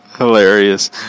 Hilarious